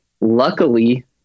luckily